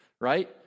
right